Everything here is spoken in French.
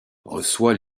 reçoit